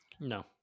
no